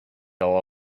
all